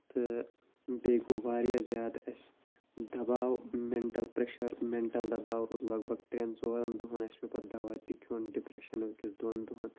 تہٕ بیٚیہِ گوٚو واریاہ زیادٕ اَسہِ دَباو مینٹَل پریشَر مینٹَل دَباو روٗد لگ بگ ترٛٮ۪ن ژورَن دۄہَن اَسہِ پیٚو پَتہٕ دَوا تہِ کھیون ڈِپرٮ۪شَنُک أکِس دۄن دۄہَن